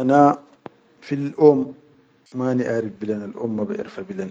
Ana fil oum mani aʼrif bilen al oum mabiʼerfa bilen